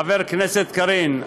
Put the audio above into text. חברת הכנסת קארין,